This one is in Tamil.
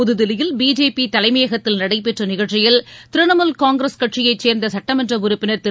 புதுதில்லியில் பிஜேபிதலைமையகத்தில் நடைபெற்றநிகழ்ச்சியில் திரிணமுல் காங்கிரஸ் கட்சியைச் சேர்ந்தசட்டமன்றஉறுப்பினர் திரு